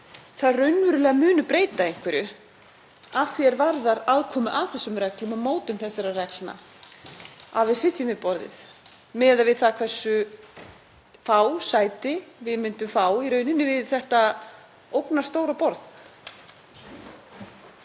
það myndi raunverulega breyta einhverju að því er varðar aðkomu að þessum reglum og mótun þessara reglna að við sætum við borðið miðað við það hversu fá sæti við myndum fá í rauninni við þetta ógnarstóra borð.